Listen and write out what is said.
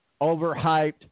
overhyped